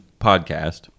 Podcast